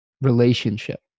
relationship